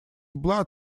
blood